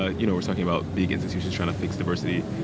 ah you know, we're talking about big institutions trying to fix diversity.